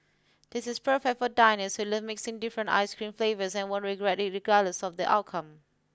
this is perfect for diners who love mixing different ice cream flavours and won't regret it regardless of the outcome